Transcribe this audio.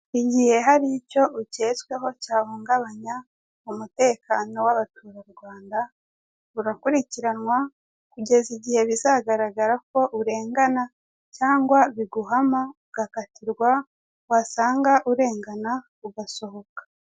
Igihe hari icyo uketsweho cyahungabanya umutekeno w'abanyarwanda urakurikiranwa, kugeza igihe bizagaragara ko urengana cyangwa biguhama ugakatirwa basanga urengana ugasohoka.